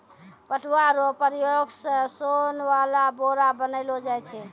पटुआ रो प्रयोग से सोन वाला बोरा बनैलो जाय छै